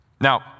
Now